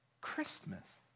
Christmas